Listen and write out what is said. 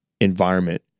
environment